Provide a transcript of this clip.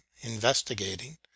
investigating